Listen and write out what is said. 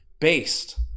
based